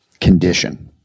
condition